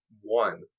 one